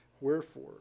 Wherefore